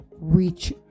reach